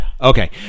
Okay